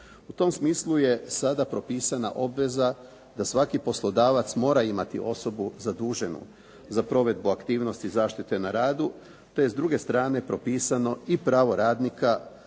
U tom smislu je sada propisana obveza da svaki poslodavac mora imati osobu zaduženu za provedbu aktivnosti zaštite na radu, te je s druge strane propisano i pravo radnika